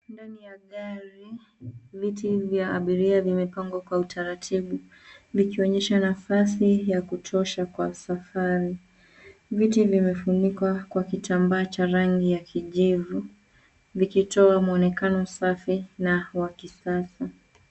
Ndani ya gari, viti vya abiria vyamepangwa kwa utaratibu, likionyesha nafasi ya kutosha kwa safari. Viti vimefunikwa kwa kitambaa ya rangi ya kijivu, vikitoa mwonekano safi na wa kisasa.